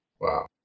Wow